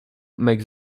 makes